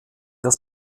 das